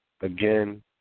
Again